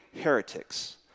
heretics